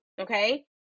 okay